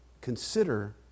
consider